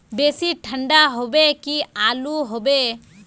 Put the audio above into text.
बेसी ठंडा होबे की आलू होबे